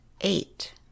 eight